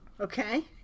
okay